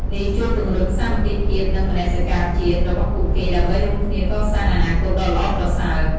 នេះជួយពង្រឹង សាមគ្គីភាព និង មនសិការជាតិ របស់ពួកគេ ដើម្បីរួមគ្នាកសាងអនាគតដ៏ល្អប្រសើរ។